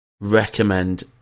recommend